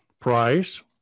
price